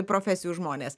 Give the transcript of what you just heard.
profesijų žmonės